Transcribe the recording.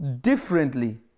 differently